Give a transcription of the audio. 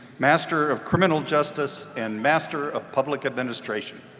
master of criminal justice and master of public administration.